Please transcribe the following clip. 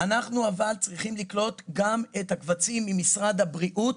אבל אנחנו צריכים לקלוט גם את הקבצים ממשרד הבריאות,